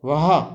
वाह